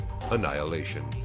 annihilation